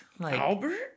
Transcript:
Albert